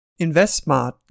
InvestSmart